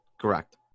Correct